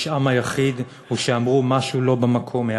שפשעם היחיד הוא שאמרו משהו לא במקום,